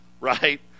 right